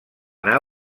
anar